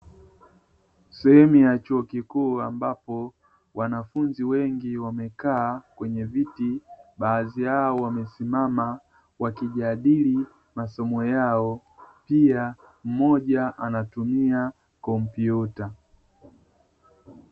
Sehemu ya chuo kikuu, ambapo wanafunzi wengi wamekaa kwenye viti, baadhi yao wamesimama wakijadili masomo yao, pia mmoja anatumia kompyuta.